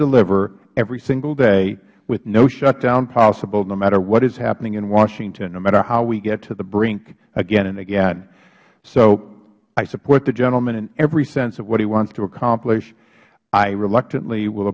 deliver every single day with no shut down possible no matter what is happening in washington no matter how we get to the brink again and again so i support the gentleman in every sense of what he wants to accomplish i reluctantly will